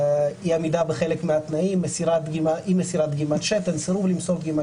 אי עמידה בחלק מהתנאים, אי מסירת דגימת שתן,